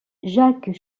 jacques